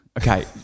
Okay